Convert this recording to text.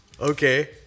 Okay